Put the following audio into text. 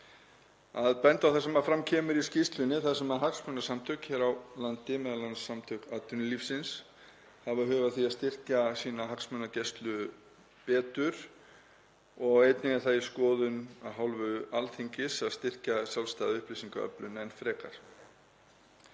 að benda á það sem fram kemur í skýrslunni, að hagsmunasamtök hér á landi, m.a. Samtök atvinnulífsins, hafa hug á því að styrkja sína hagsmunagæslu betur og einnig er það í skoðun af hálfu Alþingis að styrkja sjálfstæða upplýsingaöflun enn frekar.